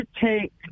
take